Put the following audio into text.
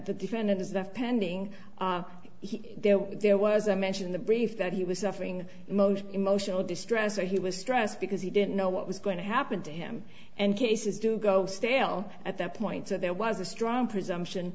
the defendant is that pending there was a mention in the brief that he was suffering most emotional distress or he was stressed because he didn't know what was going to happen to him and cases do go stale at that point so there was a strong presumption